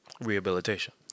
Rehabilitation